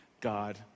God